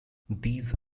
these